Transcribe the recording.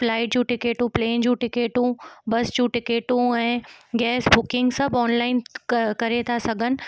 flight जूं टिकेटूं plane जूं टिकेटूं बस जूं टिकेटूं ऐं गैस बुकिंग सब ऑनलाइन क करे था सघनि